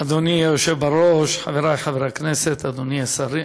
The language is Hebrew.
אדוני היושב בראש, חברי חברי הכנסת, שרים,